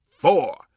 Four